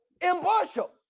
Impartial